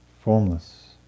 formless